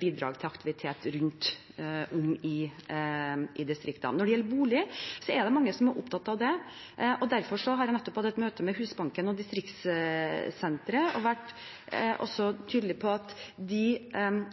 bidrag til aktivitet rundt om i distriktene. Når det gjelder bolig, er det mange som er opptatt av det. Derfor har jeg nettopp hatt et møte med Husbanken og Distriktssenteret og vært tydelig på at de